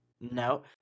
No